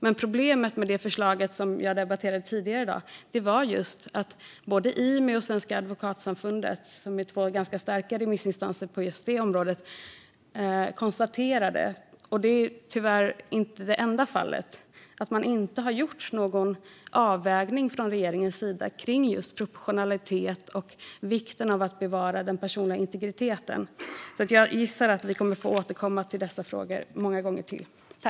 Men problemet med det förslag jag debatterade tidigare i dag var just att både Imy och Sveriges advokatsamfund, två ganska starka remissinstanser på detta område, konstaterade - tyvärr inte bara i detta fall - att det från regeringens sida inte gjorts någon avvägning kring proportionalitet och vikten av att bevara den personliga integriteten. Jag gissar därför att vi kommer att få återkomma till dessa frågor många fler gånger.